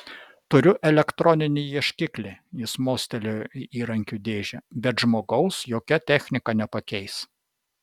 turiu elektroninį ieškiklį jis mostelėjo į įrankių dėžę bet žmogaus jokia technika nepakeis